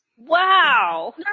Wow